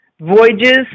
Voyages